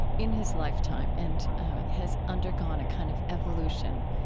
in his lifetime and has undergone a kind of evolution,